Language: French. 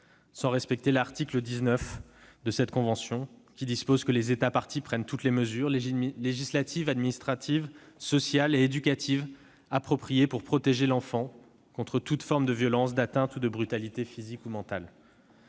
sans respecter l'article 19 de cette convention, qui dispose que « les États parties prennent toutes les mesures législatives, administratives, sociales et éducatives appropriées pour protéger l'enfant contre toute forme de violence, d'atteinte ou de brutalités physiques ou mentales